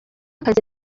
akazi